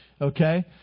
Okay